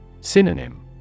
Synonym